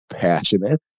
Passionate